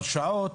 הרשעות,